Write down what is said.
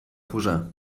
posar